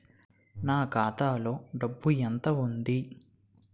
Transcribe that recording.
నా ఖాతాలో డబ్బు ఎంత ఉంది?